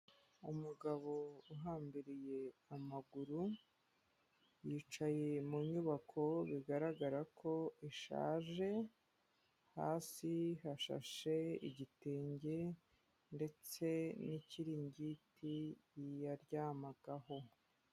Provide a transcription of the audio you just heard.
Umugabo uhambiriye amaguru, yicaye mu nyubako bigaragara ko ishaje, hasi hashashe igitenge ndetse n'ikiringiti yaryamagaho.